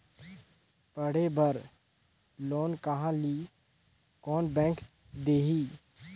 पढ़े बर लोन कहा ली? कोन बैंक देही?